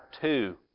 two